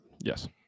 Yes